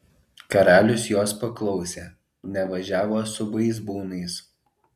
karalius jos paklausė nevažiavo su vaizbūnais